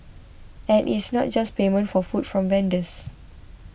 and it's not just payment for food from vendors